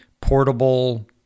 portable